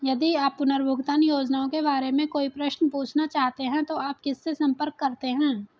यदि आप पुनर्भुगतान योजनाओं के बारे में कोई प्रश्न पूछना चाहते हैं तो आप किससे संपर्क करते हैं?